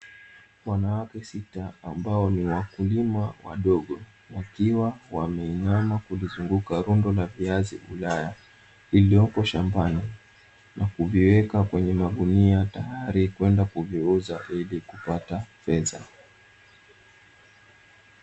Wanawake sita ambao ni wakulima wadogo wakiwa wameinama kulizungunguka lundo la viazi ulaya lililoko shambani, na kuviweka kwenye magunia tayari kwenda kuviuza ili kupata pesa.